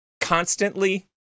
constantly